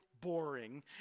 boring